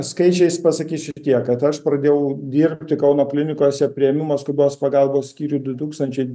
skaičiais pasakysiu tik tiek kad aš pradėjau dirbti kauno klinikose priėmimo skubios pagalbos skyriuj du tūkstančiai